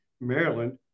maryland